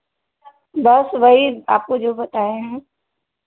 बस वही आपको जो बताएँ हैं